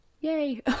Yay